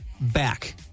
back